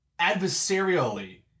adversarially